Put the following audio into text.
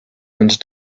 and